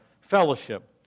fellowship